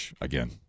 again